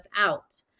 out